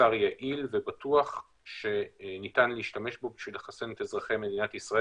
אלינו תחת חיסיון שנובע מתהליך הרישום.